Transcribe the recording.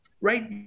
Right